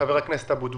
חבר הכנסת אבוטבול.